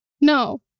no